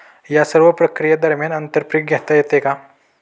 या सर्व प्रक्रिये दरम्यान आंतर पीक घेता येते का?